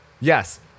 Yes